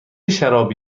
شرابی